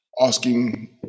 asking